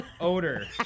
odor